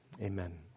Amen